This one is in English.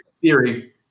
theory